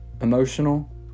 emotional